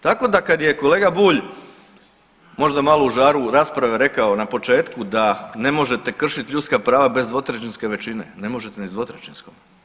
Tako da kad je kolega Bulj možda malo u žaru u raspravi rekao na početku da ne možete kršiti ljudska prava bez dvotrećinske većine, ne možete ni s dvotrećinskom.